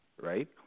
right